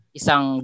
isang